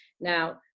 Now